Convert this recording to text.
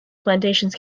plantations